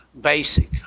basic